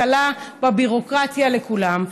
הקלה בביורוקרטיה לכולם.